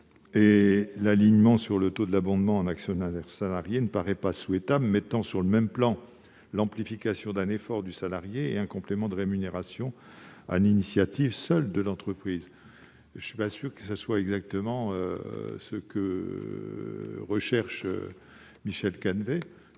%. L'alignement sur le taux de l'abondement en actionnariat salarié ne paraît pas souhaitable, mettant sur le même plan l'amplification d'un effort du salarié et un complément de rémunération versé sur la seule initiative de l'entreprise. Je ne suis pas sûr que ce soit exactement ce que recherche Michel Canevet.